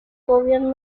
gobierno